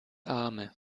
arme